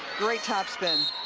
great top spin